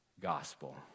gospel